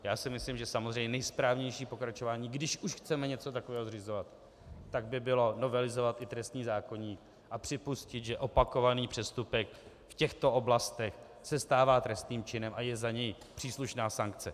Já si myslím, že samozřejmě nejsprávnější pokračování, když už chceme něco takového zřizovat, by bylo novelizovat i trestní zákoník a připustit, že opakovaný přestupek v těchto oblastech se stává trestným činem a je za něj příslušná sankce.